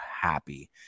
happy